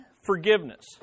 forgiveness